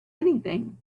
anything